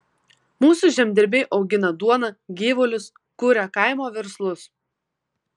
mūsų žemdirbiai augina duoną gyvulius kuria kaimo verslus